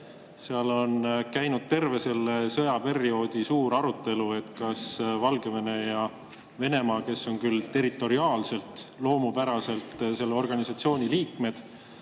Seal on käinud terve selle sõja ajal suur arutelu, kas Valgevene ja Venemaa, kes on küll territoriaalses mõttes loomupäraselt selle organisatsiooni liikmed,